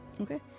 Okay